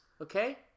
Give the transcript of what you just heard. okay